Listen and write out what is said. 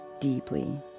deeply